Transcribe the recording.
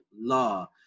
law